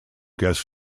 guest